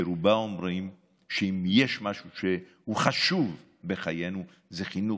שרובם אומרים שאם יש משהו שחשוב בחיינו זה חינוך,